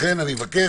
לכן אני מבקש,